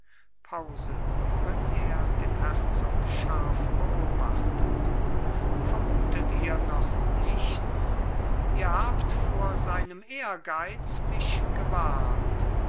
pause worin er den herzog scharf beobachtet vermutet ihr noch nichts ihr habt vor seinem ehrgeiz mich gewarnt